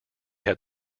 had